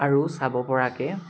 আৰু চাব পৰাকৈ